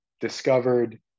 discovered